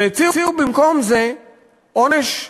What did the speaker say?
והציעו במקום זה עונש אחר: